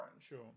Sure